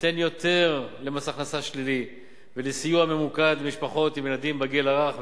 ניתן יותר למס הכנסה שלילי ולסיוע ממוקד למשפחות עם ילדים בגיל הרך,